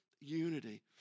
unity